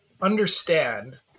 understand